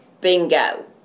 bingo